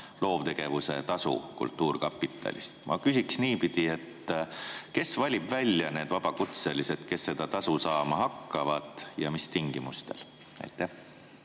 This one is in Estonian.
loovtegevuse tasu kultuurkapitalist. Ma küsin niipidi: kes valib välja need vabakutselised, kes seda tasu saama hakkavad ja mis tingimustel? Hea